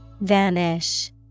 Vanish